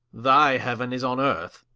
thy heauen is on earth,